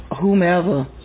whomever